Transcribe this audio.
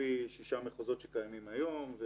לפי שישה מחוזות שקיימים היום.